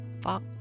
fuck